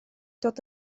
dod